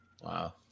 Wow